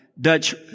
Dutch